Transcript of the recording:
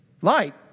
light